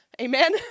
Amen